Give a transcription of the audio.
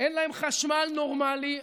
אין להם חשמל נורמלי.